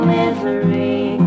misery